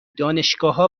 دانشگاهها